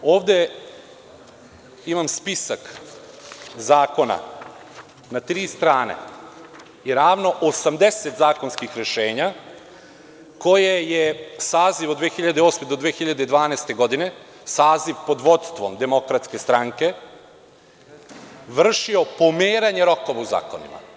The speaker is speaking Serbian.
Ovde imam spisak zakona na tri strane i ravno 80 zakonskih rešenja, gde je saziv od 2008. do 2012. godine, saziv pod vođstvom DS-a, vršio pomeranje rokova u zakonima.